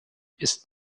ist